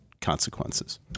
consequences